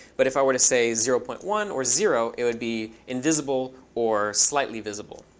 but if i were to say zero point one or zero, it would be invisible or slightly visible.